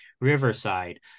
Riverside